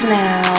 now